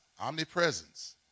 omnipresence